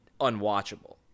unwatchable